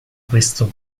questo